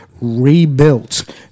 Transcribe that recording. rebuilt